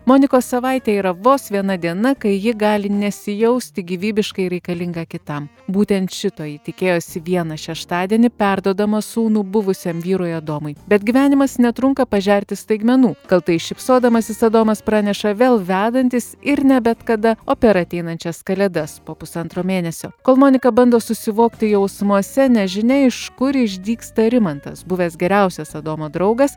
monikos savaitėj yra vos viena diena kai ji gali nesijausti gyvybiškai reikalinga kitam būtent šito ji tikėjosi vieną šeštadienį perduodama sūnų buvusiam vyrui adomui bet gyvenimas netrunka pažerti staigmenų kaltai šypsodamasis adomas praneša vėl vedantis ir ne bet kada o per ateinančias kalėdas po pusantro mėnesio kol monika bando susivokti jausmuose nežinia iš kur išdygsta rimantas buvęs geriausias adomo draugas